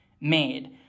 made